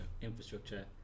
infrastructure